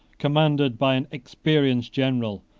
commanded by an experienced general,